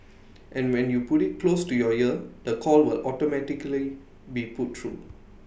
and when you put IT close to your ear the call will automatically be put through